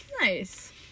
Nice